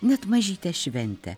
net mažytę šventę